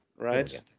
Right